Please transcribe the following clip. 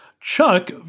Chuck